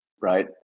right